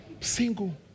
single